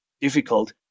difficult